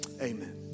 amen